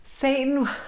Satan